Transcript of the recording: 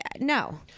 no